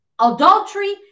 adultery